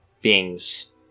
beings